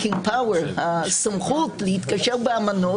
את הסמכות להתקשר באמנות.